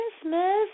Christmas